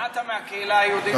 שמעת מהקהילה היהודית,